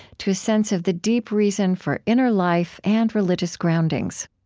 to a sense of the deep reason for inner life and religious groundings